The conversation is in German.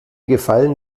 gefallen